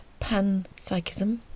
panpsychism